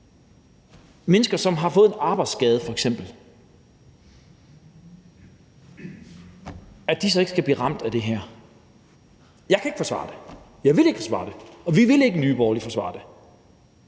mennesker, som f.eks. har fået en arbejdsskade, så de ikke skal blive ramt af det her. Jeg kan ikke forsvare det. Jeg vil ikke forsvare det, og vi vil ikke i Nye Borgerlige forsvare det,